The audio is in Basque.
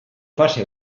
fase